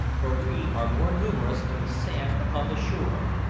for we are more numerous than the sand upon the shore.